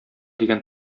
дигән